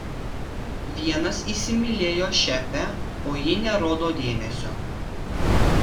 vienas įsimylėjo šefę o ji nerodo dėmesio